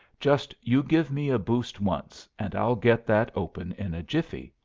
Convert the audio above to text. just you give me a boost once, and i'll get that open in a jiffy,